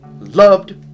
loved